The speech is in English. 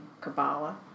Kabbalah